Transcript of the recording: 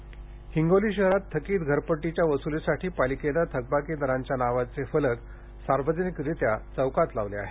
करवस्ली शक्कल हिंगोली शहरात थकीत घरपट्टी च्या वसलीसाठी पालिकेने थकबाकीदारांच्या नावाचे फलक सार्वजनिकरित्या चौकात लावले आहेत